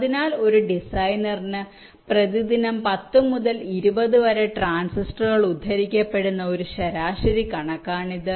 അതിനാൽ ഒരു ഡിസൈനറിന് പ്രതിദിനം 10 മുതൽ 20 വരെ ട്രാൻസിസ്റ്ററുകൾ ഉദ്ധരിക്കപ്പെടുന്ന ഒരു ശരാശരി കണക്കാണിത്